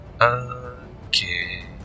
Okay